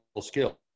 skill